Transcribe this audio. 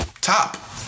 Top